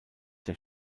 der